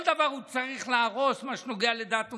כל דבר הוא צריך להרוס במה שנוגע לדת ומדינה,